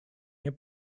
nie